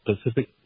specific